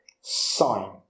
sign